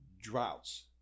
Droughts